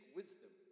wisdom